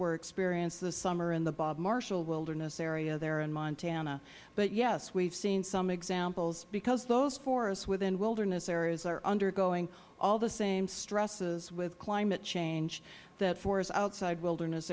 were experienced this summer in the bob marshall wilderness area there in montana but yes we have seen some examples because those forests within wilderness areas are undergoing all the same stresses with climate change that forests outside wilderness